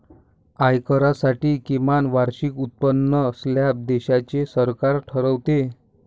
आयकरासाठी किमान वार्षिक उत्पन्न स्लॅब देशाचे सरकार ठरवते